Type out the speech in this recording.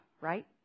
right